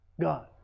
God